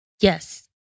Yes